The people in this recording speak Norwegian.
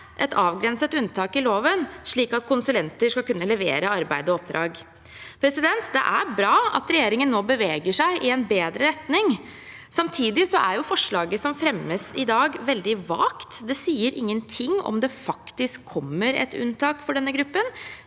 et avgrenset unntak i loven, slik at konsulenter skal kunne levere arbeid og oppdrag. Det er bra at regjeringen nå beveger seg i en bedre retning. Samtidig er forslaget som fremmes i dag, veldig vagt. Det sier ingenting om det faktisk kommer et unntak for denne gruppen,